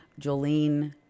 Jolene